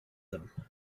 them